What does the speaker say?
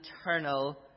eternal